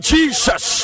Jesus